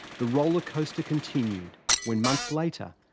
the roller coaster continued when, months later,